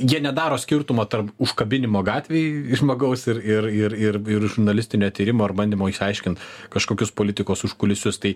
jie nedaro skirtumo tarp užkabinimo gatvėj žmogaus ir ir ir ir ir žurnalistinio tyrimo ar bandymo išsiaiškint kažkokius politikos užkulisius tai